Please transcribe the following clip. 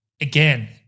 again –